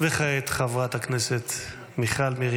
כעת, חברת הכנסת מיכל מרים